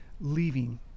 leaving